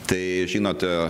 tai žinote